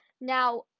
now